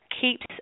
keeps